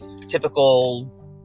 typical